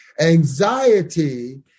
Anxiety